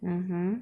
mmhmm